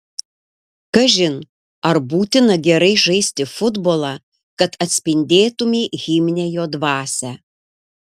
kažin ar būtina gerai žaisti futbolą kad atspindėtumei himne jo dvasią